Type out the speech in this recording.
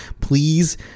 please